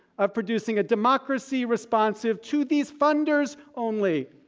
of producing a democracy responsive to these funders only.